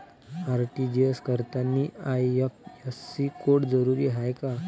RTGS करतांनी IFSC code जरुरीचा हाय का?